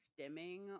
stimming